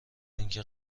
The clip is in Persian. اینکه